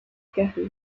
carrés